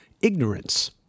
Ignorance